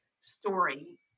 story